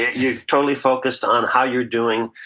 you're totally focused on how you're doing,